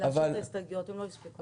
זה משהו שהוא חשוב,